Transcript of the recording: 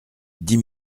dix